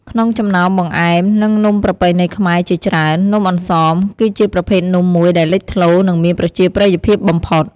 ក្នុងចំណោមបង្អែម និងនំប្រពៃណីខ្មែរជាច្រើន នំអន្សម គឺជាប្រភេទនំមួយដែលលេចធ្លោ និងមានប្រជាប្រិយភាពបំផុត។